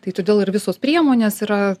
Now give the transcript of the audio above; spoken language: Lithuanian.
tai todėl ir visos priemonės yra